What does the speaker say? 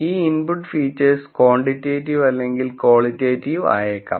ഈ input features quantitative അല്ലെങ്കിൽ qualitative ആയേക്കാം